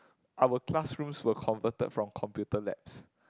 our classrooms were converted from computer labs